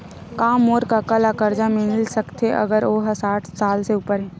का मोर कका ला कर्जा मिल सकथे अगर ओ हा साठ साल से उपर हे?